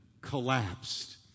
collapsed